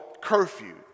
curfew